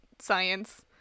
science